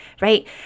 right